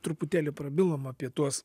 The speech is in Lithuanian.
truputėlį prabilom apie tuos